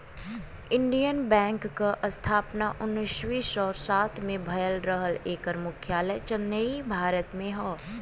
Indian bank क स्थापना उन्नीस सौ सात में भयल रहल एकर मुख्यालय चेन्नई, भारत में हौ